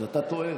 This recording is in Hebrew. אז אתה טועה.